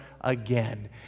again